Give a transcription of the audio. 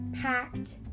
packed